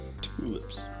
Tulips